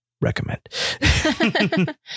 recommend